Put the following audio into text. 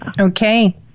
Okay